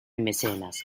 mecenas